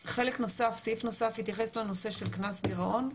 סעיף נוסף התייחס לנושא של קנס גירעון.